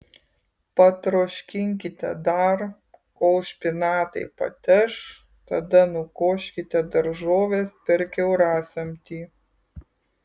patroškinkite dar kol špinatai pateš tada nukoškite daržoves per kiaurasamtį